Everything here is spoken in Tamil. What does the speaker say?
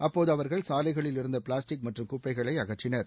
அப்போது அவர்கள் சாலைகளில் இருந்த பிளாஸ்டிக் மற்றும் குப்பைகளை அகற்றினர்